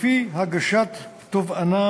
לפני הגשת תובענה